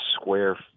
square